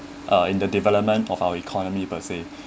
uh in the development of our economy per se